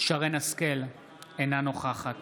שרן מרים השכל, אינה נוכחת